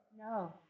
No